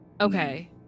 Okay